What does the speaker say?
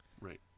Right